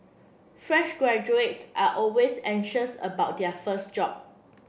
fresh graduates are always anxious about their first job